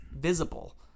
visible